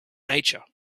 nature